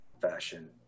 fashion